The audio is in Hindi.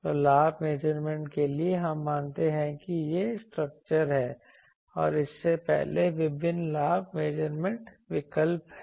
तो लाभ मेजरमेंट के लिए हम मानते हैं कि यह स्ट्रक्चर है और इससे पहले विभिन्न लाभ मेजरमेंट विकल्प हैं